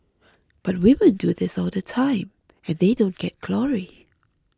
but women do this all the time and they don't get glory